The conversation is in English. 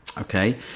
Okay